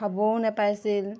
খাবও নেপাইছিল